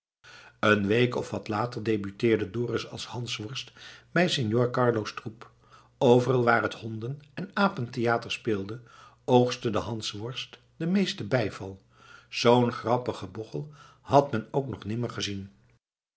een week of wat later debuteerde dorus als hansworst bij signor carlo's troep overal waar het honden en apentheater speelde oogstte de hansworst den meesten bijval zoo'n grappigen bochel had men ook nog nimmer gezien